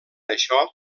això